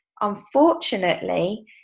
Unfortunately